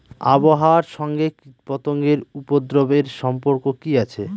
আবহাওয়ার সঙ্গে কীটপতঙ্গের উপদ্রব এর সম্পর্ক কি আছে?